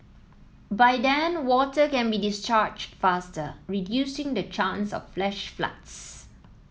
by then water can be discharged faster reducing the chance of flash floods